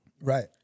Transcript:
Right